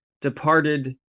departed